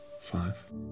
five